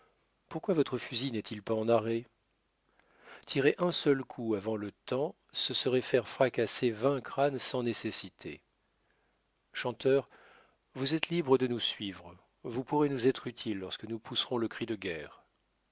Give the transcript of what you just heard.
pourquoi votre fusil n'est-il pas en arrêt tirer un seul coup avant le temps ce serait faire fracasser vingt crânes sans nécessité chanteur vous êtes libre de nous suivre vous pourrez nous être utile lorsque nous pousserons le cri de guerre